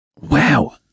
Wow